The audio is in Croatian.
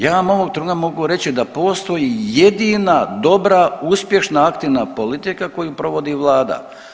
Ja vam ovog trenutka mogu reći da postoji jedina, dobra, uspješna aktivna politika koju provodi Vlada.